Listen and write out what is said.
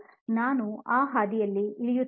ನಾನು ಆ ಹಾದಿಯಲ್ಲಿ ಇಳಿಯುತ್ತಿಲ್ಲ